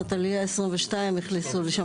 שנת עלייה 22 נכנסו לשם,